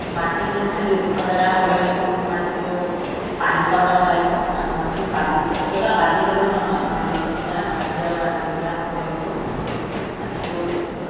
মাটিটো খালি ওখ জেগা হ'ব লাগিব মাটিটো পানী পাব নালাগিব আৰু মাটিটো বালি একেবাৰে বালি হ'লেও নহয় বালিচঁহীয়া বালি আৰু আলতীয়া হ'ব লাগিব মাটিটো মাটিটো